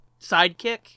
sidekick